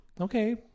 Okay